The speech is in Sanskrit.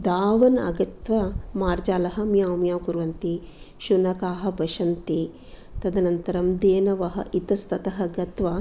धावन् आगत्त्वा मार्जालः म्याव् म्याव् कुर्वन्ति शुनकाः भषन्ति तदनन्तरं देनवः इतस्ततः गत्त्वा